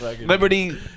Liberty